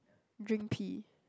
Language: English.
drink pee